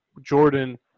Jordan